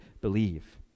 believe